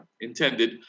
intended